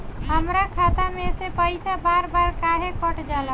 हमरा खाता में से पइसा बार बार काहे कट जाला?